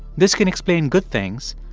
this can explain good things,